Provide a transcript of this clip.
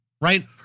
right